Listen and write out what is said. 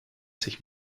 sich